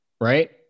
Right